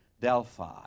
Delphi